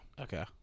Okay